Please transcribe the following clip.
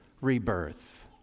rebirth